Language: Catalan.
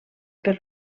per